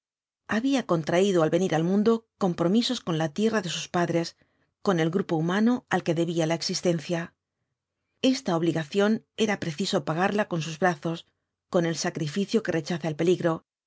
había contraído al venir al mundo compromisos con la tierra de sus padres con el grupo humano al que debía la existencia esta obligación era preciso pagarla con sus brazos con el sacrificio que rechaza al peligro y